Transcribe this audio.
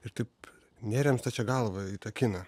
ir taip nėrėm stačia galva į tą kiną